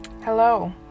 Hello